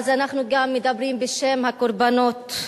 אז אנחנו גם מדברים בשם הקורבנות.